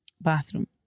bathroom